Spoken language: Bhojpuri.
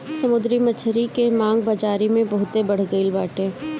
समुंदरी मछरी के मांग बाजारी में बहुते बढ़ गईल बाटे